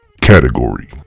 category